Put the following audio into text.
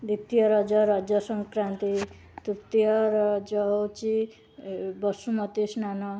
ଦ୍ଵିତୀୟ ରଜ ରଜସଂକ୍ରାନ୍ତି ତୃତୀୟ ରଜ ହଉଛି ବସୁମତୀସ୍ନାନ